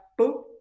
boop